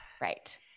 Right